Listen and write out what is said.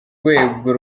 rwego